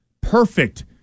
Perfect